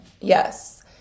Yes